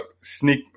sneak